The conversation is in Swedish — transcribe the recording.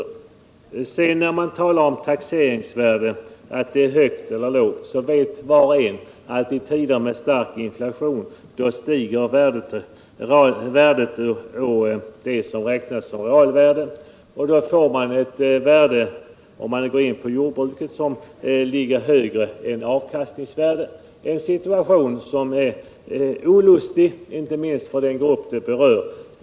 Vad sedan gäller frågan om ett taxeringsvärde är högt eller lågt vill jag anföra: Var och en vet att i tider med stark inflation stiger det som räknas som realvärde. Då får man i exempelvis jordbruket ett realvärde som ligger högre än avkastningsvärdet — en situation som är olustig inte minst för den grupp det berör.